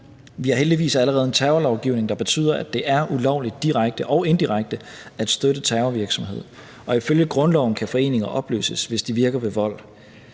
Vi har heldigvis allerede en terrorlovgivning, der betyder, at det er ulovligt direkte og indirekte at støtte terrorvirksomhed, og ifølge grundloven kan foreninger opløses, hvis de virker ved vold.